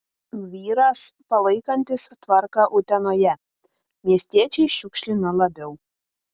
vyras palaikantis tvarką utenoje miestiečiai šiukšlina labiau